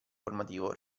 formativo